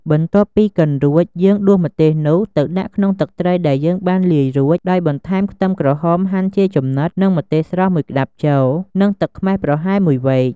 បន្ទាប់ពីកិនរួច យើងដួសម្ទេសនោះ ទៅដាក់ក្នុងទឹកត្រីដែលយើងបានលាយរួច ដោយបន្ថែមខ្ទឹមក្រហមហាន់ជាចំណិត និង ម្ទេសស្រស់ មួយក្ដាប់ចូល និងទឹកខ្មេះ ប្រហែលមួយវែក។